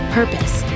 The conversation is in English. purpose